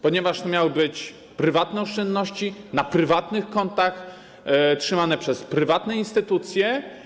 Ponieważ to miały być prywatne oszczędności, na prywatnych kontach, trzymane przez prywatne instytucje.